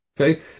Okay